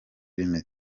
bimeze